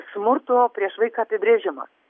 smurto prieš vaiką apibrėžimas